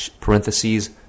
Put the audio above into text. parentheses